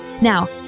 Now